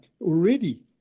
already